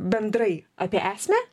bendrai apie esmę